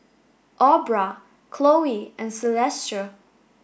Aubra Khloe and Celestia